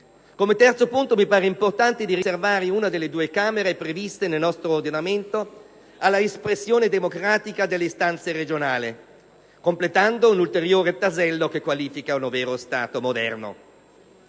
Come terzo punto mi pare importante riservare una delle due Camere previste nel nostro ordinamento alla espressione democratica delle istanze regionali, completando un ulteriore tassello che qualifica un vero Stato federale